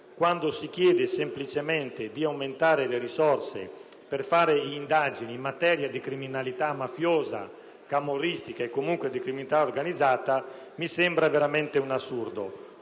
quando si chiede semplicemente di aumentare le risorse per svolgere le indagini in materia di criminalità mafiosa, camorristica e comunque organizzata mi sembra veramente un assurdo.